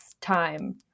time